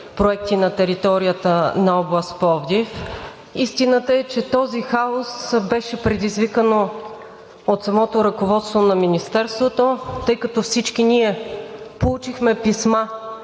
проекти на територията на област Пловдив. Истината е, че този хаос беше предизвикан от самото ръководство на Министерството, тъй като всички ние получихме писма